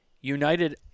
United